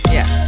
Yes